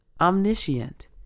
omniscient